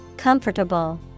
Comfortable